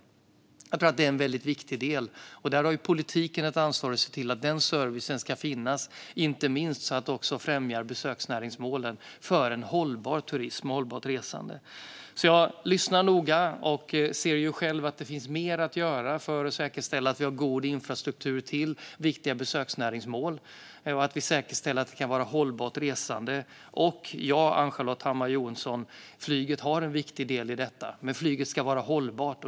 Jag tror att detta är en väldigt viktig del. Här har politiken ett ansvar för att se till att servicen ska finnas, inte minst så att det också främjar besöksnäringsmålen för en hållbar turism och ett hållbart resande. Jag lyssnar noga och ser ju själv att det finns mer att göra för att säkerställa att vi har god infrastruktur till viktiga besöksnäringsmål och att resandet kan vara hållbart. Ja, Ann-Charlotte Hammar Johnsson: Flyget har en viktig del i detta. Men flyget ska vara hållbart.